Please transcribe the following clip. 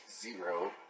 zero